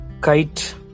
kite